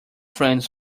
friends